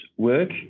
work